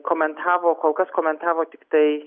komentavo kol kas komentavo tik tai